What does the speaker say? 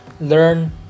Learn